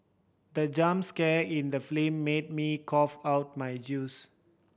the jump scare in the film made me cough out my juice